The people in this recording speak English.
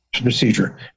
procedure